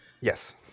Yes